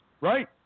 Right